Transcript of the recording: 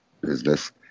business